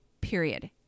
period